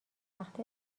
وقت